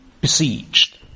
besieged